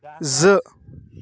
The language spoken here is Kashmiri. زٕ